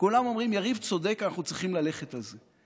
כולם אומרים: יריב צודק, אנחנו צריכים ללכת על זה.